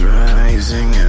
rising